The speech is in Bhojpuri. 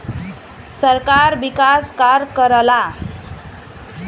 सरकार विकास कार्य करला